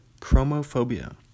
Chromophobia